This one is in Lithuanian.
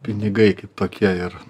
pinigai tokie ir